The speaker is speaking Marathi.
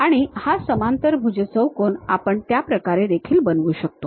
आणि हा समांतरभुज चौकोन आपण त्या प्रकारे देखील बनवू शकतो